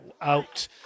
out